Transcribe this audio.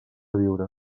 viure